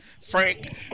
Frank